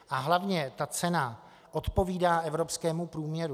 A hlavně ta cena odpovídá evropskému průměru.